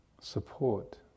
support